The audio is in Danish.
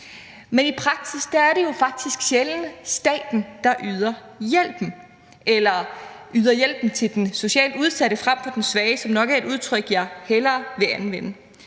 Men i praksis er det jo faktisk sjældent staten, der yder hjælpen – yder hjælpen til den socialt udsatte, som nok er et udtryk, jeg hellere vil anvende